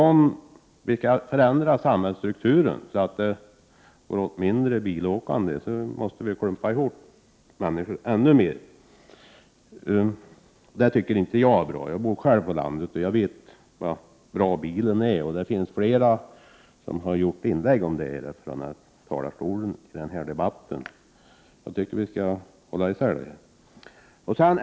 Om vi skall förändra samhällsstrukturen så att det blir mindre bilåkande, måste vi klumpa ihop människor ännu mer. Det tycker inte jag är bra. Jag bor själv på landet, och jag vet hur bra bilen är. Det är flera som har gjort inlägg om det från talarstolen i den här debatten. Jag tycker att vi skall hålla isär begreppen.